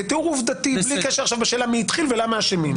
כתיאור עובדתי בלי קשר לשאלה מי התחיל ולמה אשמים.